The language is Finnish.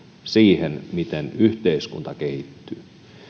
siihen miten yhteiskunta kehittyy